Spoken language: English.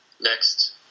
Next